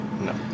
No